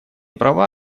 права